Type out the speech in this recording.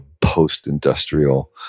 post-industrial